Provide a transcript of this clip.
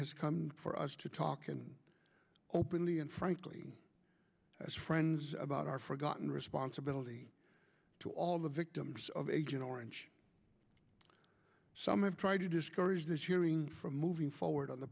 has come for us to talk and openly and frankly as friends about our forgotten responsibility to all the victims of agent orange some have tried to discourage this hearing from moving forward on the